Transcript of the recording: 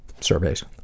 surveys